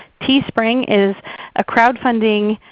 teespring is a crowdfunding